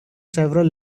several